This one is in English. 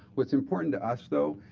what's important to us, though,